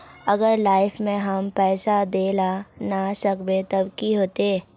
अगर लाइफ में हैम पैसा दे ला ना सकबे तब की होते?